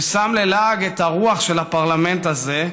ששם ללעג את הרוח של הפרלמנט הזה,